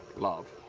love.